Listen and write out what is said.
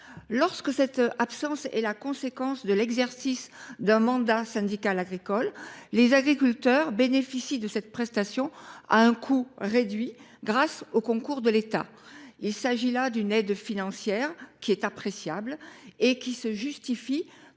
Lorsque cette absence est la conséquence de l’exercice d’un mandat syndical agricole, les agriculteurs bénéficient de cette prestation à un coût réduit, grâce au concours de l’État. Il s’agit d’une aide financière appréciable et qui se justifie